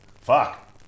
Fuck